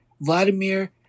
Vladimir